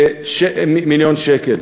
מ-1.47 מיליון שקל.